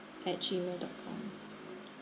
at G mail dot com